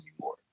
more